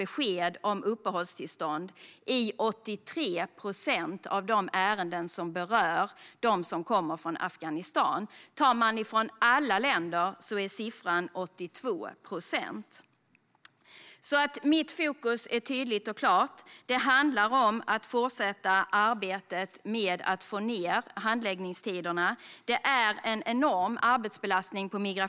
Beslut om uppehållstillstånd har fattats i 83 procent av de ärenden som berör ensamkommande barn från Afghanistan. För alla länder är siffran 82 procent. Mitt fokus är tydligt och klart. Det handlar om att fortsätta med arbetet att få ned handläggningstiderna. Migrationsverket har en enorm arbetsbelastning.